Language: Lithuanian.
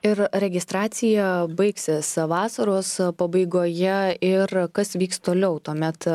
ir registracija baigsis vasaros pabaigoje ir kas vyks toliau tuomet